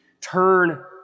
Turn